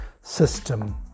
system